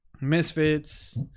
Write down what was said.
Misfits